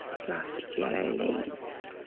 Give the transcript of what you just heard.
plus yellow leaves.